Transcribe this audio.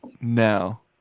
No